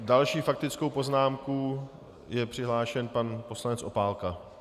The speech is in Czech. K další faktické poznámce je přihlášen pan poslanec Opálka.